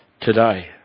today